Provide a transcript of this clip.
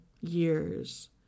years